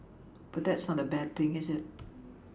but that's not a bad thing is it